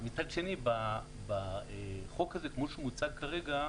מצד שני, בחוק הזה כמו שהוא מוצג כרגע,